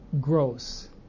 gross